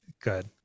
good